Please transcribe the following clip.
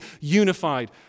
unified